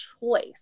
choice